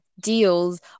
deals